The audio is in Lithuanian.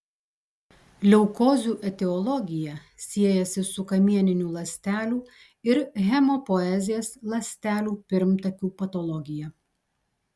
leukozių etiologija siejasi su kamieninių ląstelių ir hemopoezės ląstelių pirmtakių patologija